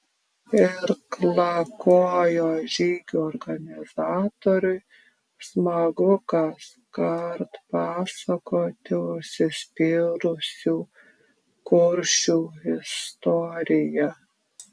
irklakojo žygių organizatoriui smagu kaskart pasakoti užsispyrusių kuršių istoriją